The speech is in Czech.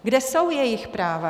Kde jsou jejich práva?